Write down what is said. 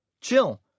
Chill